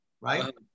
right